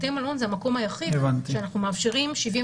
בתי מלון זה המקום היחיד שאנחנו מאפשרים 72